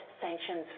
sanctions